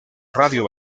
radio